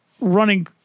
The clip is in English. running